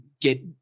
get